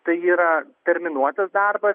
tai yra terminuotas darbas